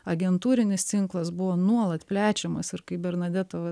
agentūrinis tinklas buvo nuolat plečiamas ir kaip bernadeta va